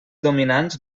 dominants